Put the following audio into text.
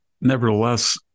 nevertheless